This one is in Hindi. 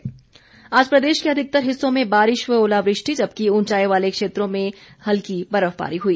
मौसम आज प्रदेश के अधिकतर हिस्सों में बारिश व ओलावृष्टि जबकि उंचाई वाले क्षेत्रों मे हल्की बर्फबारी हुई